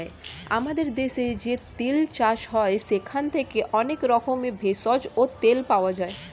আমাদের দেশে যে তিল চাষ হয় সেখান থেকে অনেক রকমের ভেষজ ও তেল পাওয়া যায়